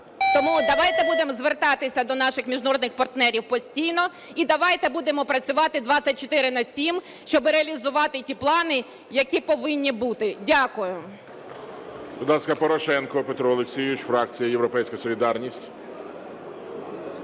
Тому давайте будемо звертатися до наших міжнародних партнерів постійно і давайте будемо працювати 24/7, щоб реалізувати ті плани, які повинні бути. Дякую.